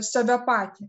save patį